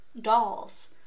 Dolls